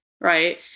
right